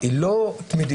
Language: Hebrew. היא לא תמידית.